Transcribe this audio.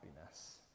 happiness